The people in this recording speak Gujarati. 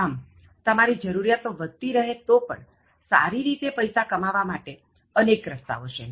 તો આમ તમારી જરુરિયાતો વધતી રહે તો પણ સારી રીતે પૈસા કમાવા માટે અનેક રસ્તાઓ છે